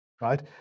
Right